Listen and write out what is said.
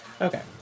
Okay